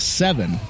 seven